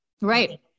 Right